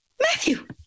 Matthew